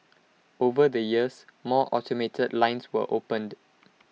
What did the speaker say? over the years more automated lines were opened